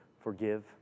forgive